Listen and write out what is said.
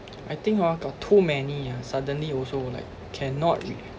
I think hor got too many ah suddenly also like cannot